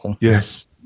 yes